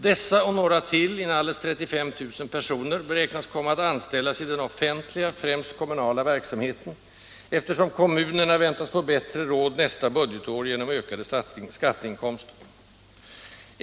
Dessa och några till, inalles 35 000 personer, beräknas komma att anställas i den offentliga, främst kommunala verksamheten, eftersom kommunerna väntas få bättre råd nästa budgetår genom ökade skatteinkomster.